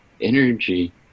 energy